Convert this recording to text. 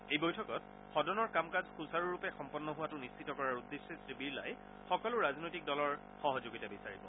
এই বৈঠকত সদনৰ কাম কাজ সূচাৰুৰূপে সম্পন্ন হোৱাটো নিশ্চিত কৰাৰ উদ্দেশ্যে শ্ৰীবিৰলাই সকলো ৰাজনৈতিক দলৰ সহযোগিতা বিচাৰিব